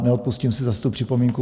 Neodpustím si zas tu připomínku.